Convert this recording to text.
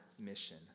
mission